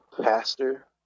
pastor